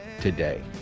today